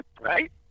right